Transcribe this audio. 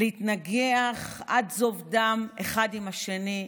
להתנגח עד זוב דם אחד בשני?